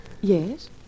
Yes